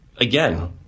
Again